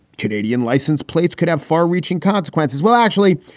canadian license plates could have far reaching consequences. well, actually,